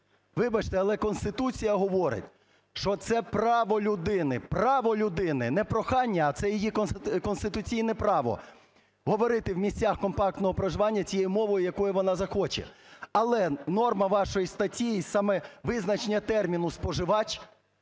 Вибачте, але Конституція говорить, що це право людини, право людини – не прохання, а це її конституційне право – говорити в місцях компактного проживання тією мовою, якою вона захоче. Але норма вашої статті і саме визначення терміну "споживач"